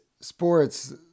sports